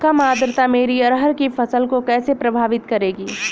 कम आर्द्रता मेरी अरहर की फसल को कैसे प्रभावित करेगी?